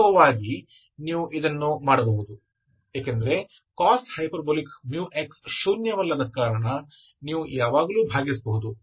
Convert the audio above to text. ವಾಸ್ತವವಾಗಿ ನೀವು ಇದನ್ನು ಮಾಡಬಹುದು ಏಕೆಂದರೆ cosh μx ಶೂನ್ಯವಲ್ಲದ ಕಾರಣ ನೀವು ಯಾವಾಗಲೂ ಭಾಗಿಸಬಹುದು